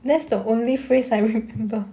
that's the only phrase I remember